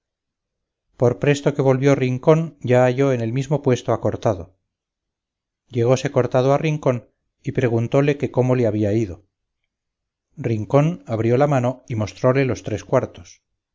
por presto que volvió rincón ya halló en el mismo puesto a cortado llegóse cortado a rincón y preguntóle que cómo le había ido rincón abrió la mano y mostróle los tres cuartos